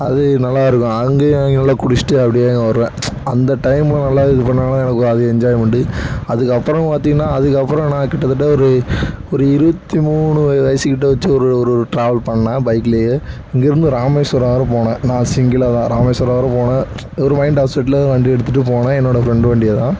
அது நல்லாயிருக்கும் அங்கேயே அங்கே நல்லா குடிச்சிட்டு அப்படியே இங்கே வருவேன் அந்த டைம்ல நல்லா இதுப்பண்ணதால எனக்கு அது என்ஜாய்மெண்டு அதுக்கப்புறம் பார்த்திங்கன்னா அதுக்கப்புறம் நான் கிட்டத்தட்ட ஒரு ஒரு இருபத்தி மூணு வயசுக்கிட்ட வச்சு ஒரு ஒரு ட்ராவல் பண்ணேன் பைக்லேயே இங்கேருந்து ராமேஷ்வரம் வரை போனேன் நான் சிங்கிளாகதான் ராமேஷ்வரம் வரை போனேன் ஒரு மைண்ட் அப்செட்ல வண்டி எடுத்துட்டு போனேன் என்னோடய ஃப்ரெண்டு வண்டியைதான்